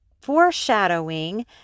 foreshadowing